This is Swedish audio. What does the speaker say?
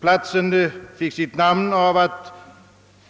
Platsen fick sitt namn av att